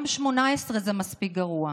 גם 18 זה מספיק גרוע,